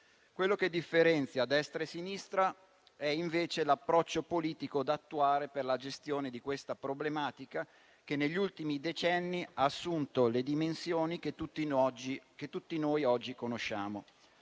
Quello che differenzia destra e sinistra è, invece, l'approccio politico da attuare per la gestione di questa problematica, che negli ultimi decenni ha assunto le dimensioni che tutti noi oggi conosciamo.